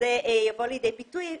שזה יבוא לידי ביטוי.